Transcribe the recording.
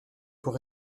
pour